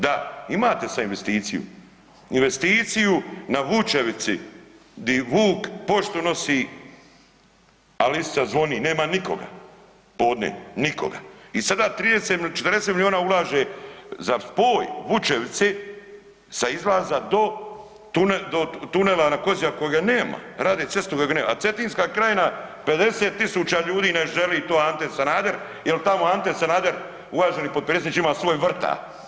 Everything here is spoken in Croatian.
Da, imate sad investiciju, investiciju na Vučevici di vuk poštu nosi, a lisica zvoni, nema nikoga podne nikoga i sada 40 milijuna ulaže za spoj Vučevici sa izlaza do tunela na Kozjaku kojega nema, rade cestu … a Cetinska krajina 50.000 ljudi to ne želi, tu Ante Sanader jel tamo Ante Sanader uvaženi potpredsjedniče ima svoj vrta.